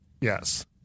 yes